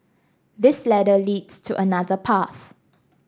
this ladder leads to another path